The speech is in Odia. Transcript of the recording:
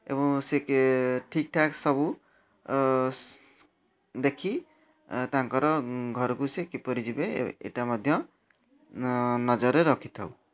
ଏବଂ ସେ କେ ଠିକ୍ଠାକ୍ ସବୁ ଦେଖି ତାଙ୍କର ଘରକୁ ସେ କିପରି ଯିବେ ଏଇଟା ମଧ୍ୟ ନ ନଜରରେ ରଖିଥାଉ